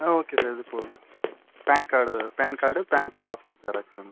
ஆ okay sir இது போதும் PAN card PAN card bank passbook xerox வேணும் சார்